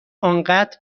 آنقدر